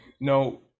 no